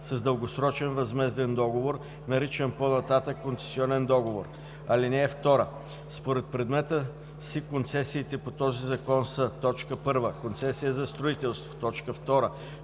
с дългосрочен възмезден договор, наричан по-нататък „концесионен договор“. (2) Според предмета си концесиите по този закон са: 1. концесия за строителство; 2.